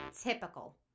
Typical